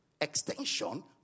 extension